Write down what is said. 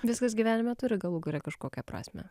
viskas gyvenime turi galų gale kažkokią prasmę